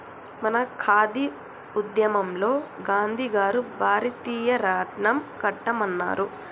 మన ఖాదీ ఉద్యమంలో గాంధీ గారు భారతీయ రాట్నం కట్టమన్నారు